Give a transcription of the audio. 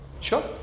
Sure